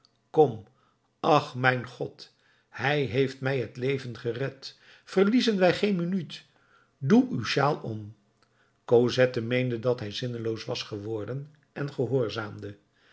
kom ach mijn god hij heeft mij het leven gered verliezen wij geen minuut doe uw shawl om cosette meende dat hij zinneloos was geworden en gehoorzaamde